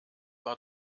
war